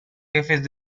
jefes